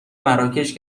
مراکش